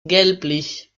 gelblich